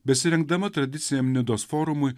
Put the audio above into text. besirinkdama tradiciniam nidos forumui